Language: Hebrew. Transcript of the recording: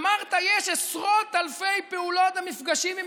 אמרת שיש עשרות אלפי פעולות ומפגשים עם